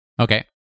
Okay